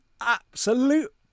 absolute